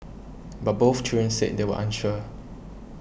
but both children said they were unsure